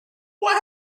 what